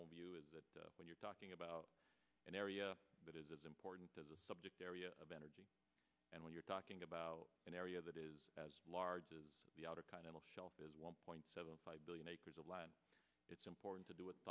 own view is that when you're talking about an area that is as important as a subject area of energy and when you're talking about an area that is as large as the outer continental shelf as one point seven five billion acres of land it's important to do it